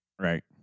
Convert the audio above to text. right